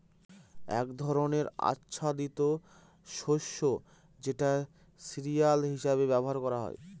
এক ধরনের আচ্ছাদিত শস্য যেটা সিরিয়াল হিসেবে ব্যবহার করা হয়